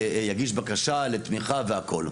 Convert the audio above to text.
יגיש בקשה לתמיכה והכול.